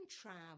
travel